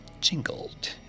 jingled